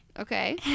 Okay